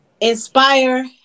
inspire